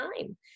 time